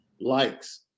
likes